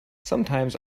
sometimes